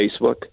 Facebook